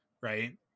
Right